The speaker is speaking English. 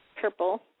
purple